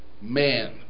man